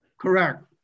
Correct